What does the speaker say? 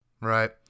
Right